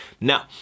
Now